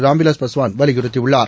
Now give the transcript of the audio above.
ராம்விலாஸ் பாஸ்வான் வலியுறுத்தியுள்ளார்